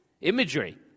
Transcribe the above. Imagery